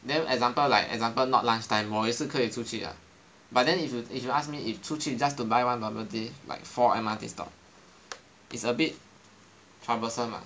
then example like example not lunch time 我也是可以出去 ah but then if you if you ask me 出去 just to buy one bubble tea like four M_R_T stop it's a bit troublesome ah